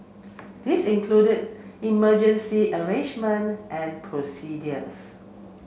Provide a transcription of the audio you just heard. this included emergency arrangement and procedures